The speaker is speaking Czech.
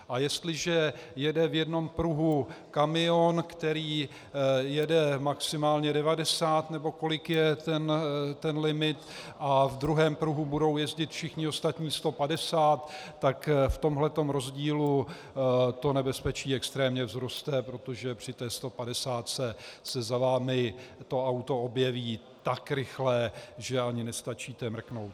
A jestliže jede v jednom pruhu kamion, který jede maximálně 90, nebo kolik je ten limit, a v druhém pruhu budou jezdit všichni ostatní 150, tak v tomhle tom rozdílu to nebezpečí extrémně vzroste, protože při té stopadesátce se za vámi to auto objeví tak rychle, že ani nestačíte mrknout.